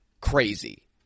crazy